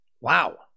Wow